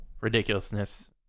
ridiculousness